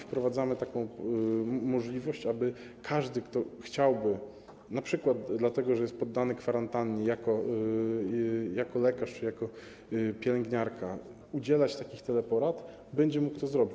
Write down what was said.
Wprowadzamy taką możliwość, aby każdy, kto chciałby np. dlatego, że jest poddany kwarantannie jako lekarz czy jako pielęgniarka, udzielać takich teleporad, będzie mógł to robić.